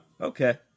okay